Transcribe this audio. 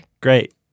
Great